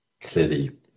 clearly